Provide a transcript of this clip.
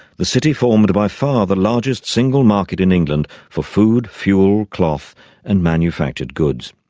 the city formed by far the largest single market in england for food, fuel, cloth and manufactured goods.